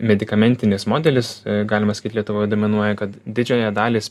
medikamentinis modelis galima sakyt lietuvoj dominuoja kad didžiąją dalį